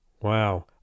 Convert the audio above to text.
Wow